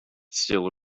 still